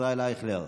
ישראל אייכלר,